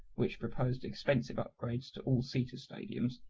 which proposed expensive upgrades to all-seater stadiums,